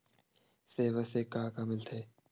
सेवा से का का मिलथे?